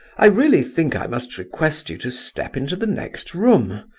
i really think i must request you to step into the next room!